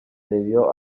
debió